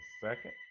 second